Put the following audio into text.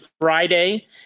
Friday